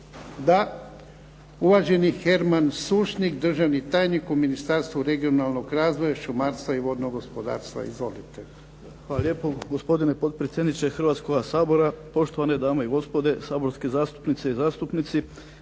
Da. Uvaženi Herman Sušnik državni tajnik u Ministarstvu regionalnog razvoja, šumarstva i vodnog gospodarstva. Izvolite. **Sušnik, Herman** Hvala lijepo gospodine potpredsjedniče Hrvatskoga sabora, poštovane dame i gospodo saborske zastupnice i zastupnici.